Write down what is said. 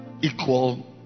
equal